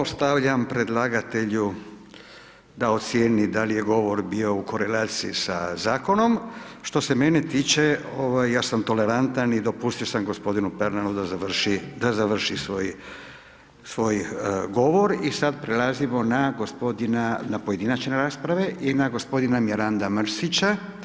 Ostavljam predlagatelju da ocijeni dal' je govor bio u korelaciji sa Zakonom, što se mene tiče, ovaj, ja sam tolerantan i dopustio sam gospodinu Pernaru da završi, da završi svoj, svoj govor, i sad prelazimo na gospodina, na pojedinačne rasprave, i na gospodina Miranda Mrsića.